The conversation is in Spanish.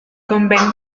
conventos